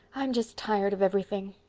i'm just tired of everything.